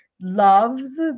loves